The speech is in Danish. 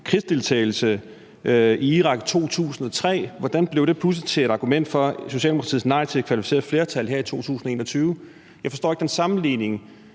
krigsdeltagelse i Irak i 2003 pludselig til et argument for Socialdemokratiets nej til et kvalificeret flertal her i 2021? Jeg forstår ikke den sammenligning,